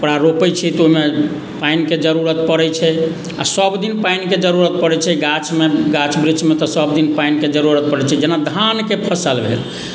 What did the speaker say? ओकरा रोपैत छियै तऽ ओहिमे पानिके जरूरत पड़ैत छै आ सभदिन पानिके जरूरत पड़ैत छै गाछमे गाछ वृक्षमे तऽ सभदिन पानिके जरूरत पड़ैत छै जेना धानके फसल भेल